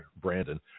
Brandon